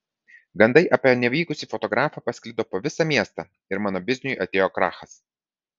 gandai apie nevykusį fotografą pasklido po visą miestą ir mano bizniui atėjo krachas